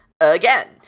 again